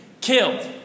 Killed